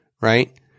right